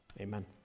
Amen